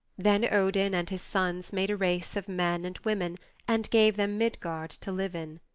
then odin and his sons made a race of men and women and gave them midgard to live in.